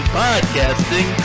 podcasting